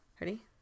Ready